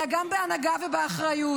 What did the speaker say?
אלא גם בהנהגה ובאחריות.